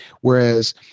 Whereas